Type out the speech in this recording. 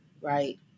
right